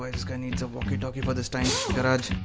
but this guy needs a walkie talkie for this tiny garage!